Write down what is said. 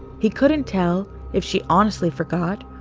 he couldn't tell if she honestly forgot,